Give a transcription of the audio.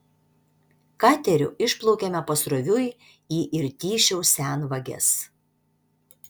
kateriu išplaukėme pasroviui į irtyšiaus senvages